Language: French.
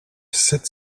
sept